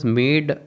made